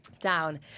down